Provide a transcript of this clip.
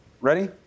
ready